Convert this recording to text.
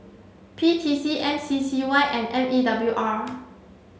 P T C M C C Y and M E W R